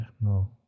no